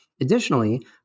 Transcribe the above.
Additionally